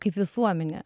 kaip visuomenė